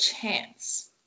chance